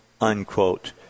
unquote